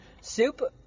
Soup